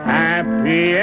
happy